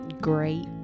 great